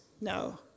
No